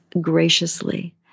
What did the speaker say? graciously